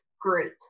Great